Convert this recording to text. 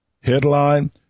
Headline